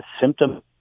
symptom